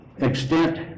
Extent